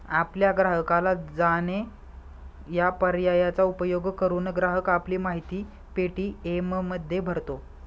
आपल्या ग्राहकाला जाणे या पर्यायाचा उपयोग करून, ग्राहक आपली माहिती पे.टी.एममध्ये भरतो